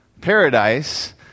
Paradise